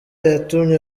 yatumye